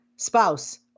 Spouse